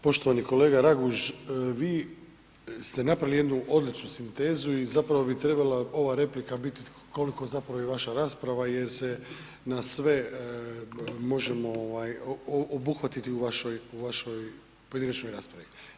Poštovani kolega Raguž vi ste napravili jednu odlučnu sintezu i zapravo bi trebala ova replika biti koliko zapravo i vaša rasprava jer se na sve možemo ovaj obuhvatiti u vašoj, u vašoj pojedinačnoj raspravi.